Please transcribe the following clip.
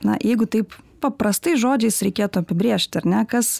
na jeigu taip paprastais žodžiais reikėtų apibrėžti ar ne kas